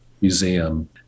museum